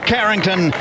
Carrington